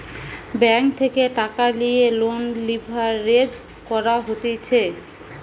bank থেকে টাকা লিয়ে লোন লিভারেজ করা হতিছে